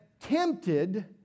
tempted